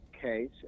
case